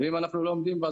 ואם אנחנו לא עומדים בה,